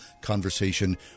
conversation